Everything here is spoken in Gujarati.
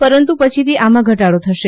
પરંતુ પછીથી આમા ઘટાડો થશે